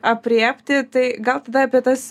aprėpti tai gal tada apie tas